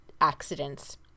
accidents